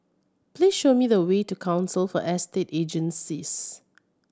please show me the way to Council for Estate Agencies